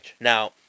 Now